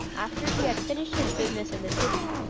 after he had finished his business in the city,